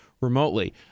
remotely